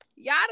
Y'all